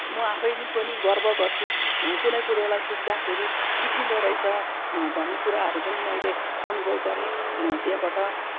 म आफै नि पनि गर्व गर्छु कुनै कुरोलाई सिक्दाखेरि सिकिँदो रहेछ अ भन्ने कुराहरू पनि मैले अनुभव गरेँ त्यहाँबाट